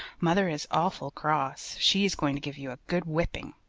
mother is awful cross. she is going to give you a good whipping